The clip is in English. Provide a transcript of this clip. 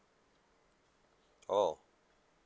oh